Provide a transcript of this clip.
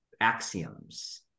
axioms